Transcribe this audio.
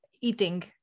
eating